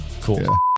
cool